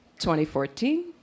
2014